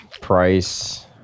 price